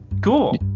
Cool